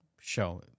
show